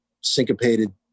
syncopated